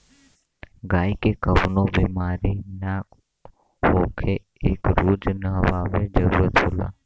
गायी के कवनो बेमारी ना होखे एके रोज नहवावे जरुरत होला